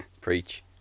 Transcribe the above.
Preach